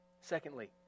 Secondly